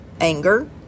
anger